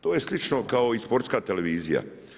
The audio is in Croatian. To je slično kao i sportska televizija.